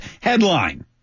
headline